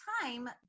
time